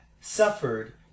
suffered